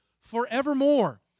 forevermore